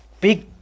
big